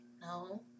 No